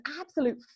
absolute